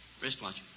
Wristwatch